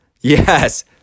yes